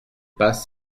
pas